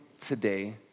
today